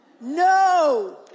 no